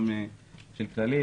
גם של כללית,